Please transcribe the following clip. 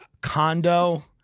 condo